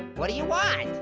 what do you want?